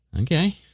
Okay